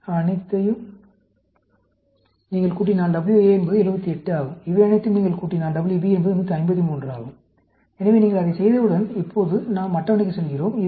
இவையனைத்தையும் நீங்கள் கூட்டினால் WA என்பது 78 ஆகும் இவையனைத்தையும் நீங்கள் கூட்டினால் WB என்பது 153 ஆகும் எனவே நீங்கள் அதைச் செய்தவுடன் இப்போது நாம் அட்டவணைக்குச் செல்கிறோம்